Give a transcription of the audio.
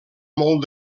molt